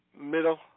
middle